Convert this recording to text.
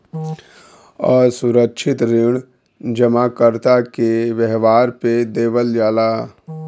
असुरक्षित ऋण जमाकर्ता के व्यवहार पे देवल जाला